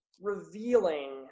revealing